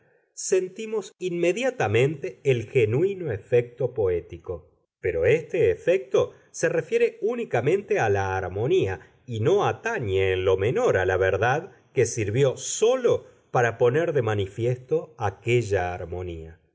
pasaba inadvertida sentimos inmediatamente el genuino efecto poético pero este efecto se refiere únicamente a la armonía y no atañe en lo menor a la verdad que sirvió sólo para poner de manifiesto aquella armonía